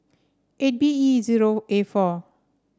eight B E zero A four